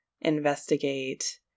investigate